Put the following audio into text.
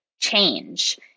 change